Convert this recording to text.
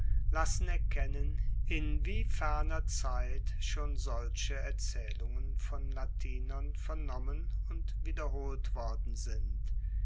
lassen erkennen in wie ferner zeit schon solche erzaehlungen von latinern vernommen und wiederholt worden sind